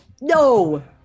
No